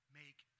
make